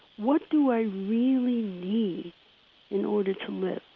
what do i really need in order to live